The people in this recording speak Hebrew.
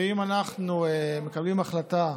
ואם אנחנו מקבלים החלטה,